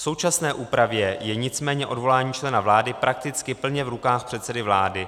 V současné úpravě je nicméně odvolání člena vlády prakticky plně v rukách předsedy vlády.